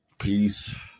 peace